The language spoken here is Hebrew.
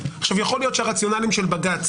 יכול להיות שהרציונלים של בג"ץ